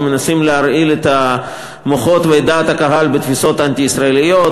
ומנסים להרעיל את המוחות ואת דעת הקהל בתפיסות אנטי-ישראליות.